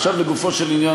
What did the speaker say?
עכשיו לגופו של עניין,